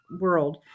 world